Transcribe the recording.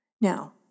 Now